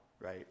right